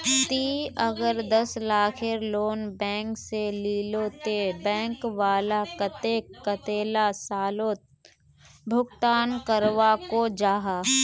ती अगर दस लाखेर लोन बैंक से लिलो ते बैंक वाला कतेक कतेला सालोत भुगतान करवा को जाहा?